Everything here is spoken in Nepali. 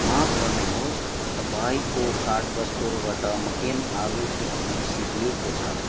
माफ गर्नुहोस् तपईँको कार्ट वस्तुहरूबाट मकेन आलु टिक्की सिद्धिएको छ